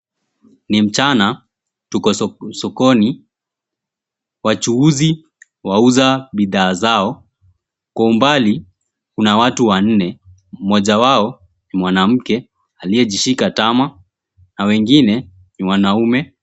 Ni mchana. Tuko sokoni. Wachuuzi wauza bidhaa zao. Kwa umbali, kuna watu wanne. Mmoja wao ni mwanamke aliyejishika tama na wengine ni wanaume.